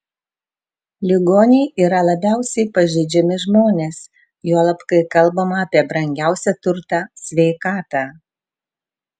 ligoniai yra labiausiai pažeidžiami žmonės juolab kai kalbama apie brangiausią turtą sveikatą